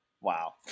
Wow